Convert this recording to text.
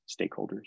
stakeholders